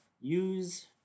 use